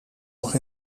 auch